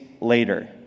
later